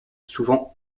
souvent